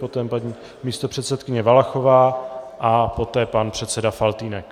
Poté paní místopředsedkyně Valachová a poté pan předseda Faltýnek.